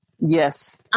Yes